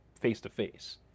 face-to-face